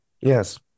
Yes